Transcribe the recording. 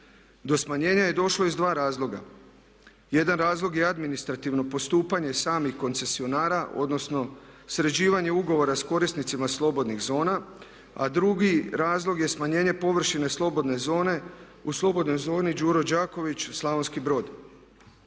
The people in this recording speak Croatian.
Do smanjenja je došlo iz dva razloga. Jedan razlog je administrativno postupanje samih koncesionara odnosno sređivanje ugovora s korisnicima slobodnih zona, a drugi razlog je smanjenje površine slobodne zone u slobodnoj zoni „Đuro Đaković“ Slavonski Brod.